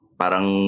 parang